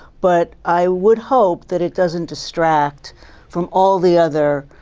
but i would hope that it doesn't distract from all the other